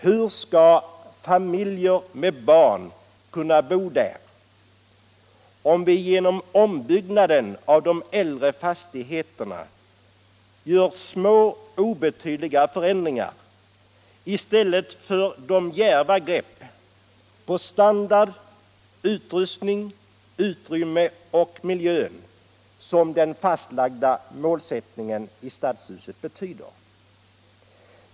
Hur skall familjer med barn kunna bo där, om vi genom ombyggnad av de äldre fastigheterna gör små, obetydliga förändringar i stället för att ta de djärva grepp när det gäller standard, utrustning, utrymme och miljö som den fastlagda målsättningen i stads huset innebär.